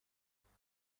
خریدن